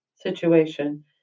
situation